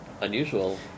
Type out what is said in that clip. unusual